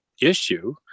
issue